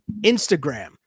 Instagram